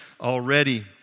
already